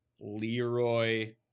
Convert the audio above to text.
Leroy